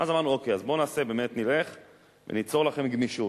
אז אמרנו: אוקיי, אז בואו נלך וניצור לכם גמישות.